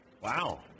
Wow